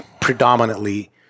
predominantly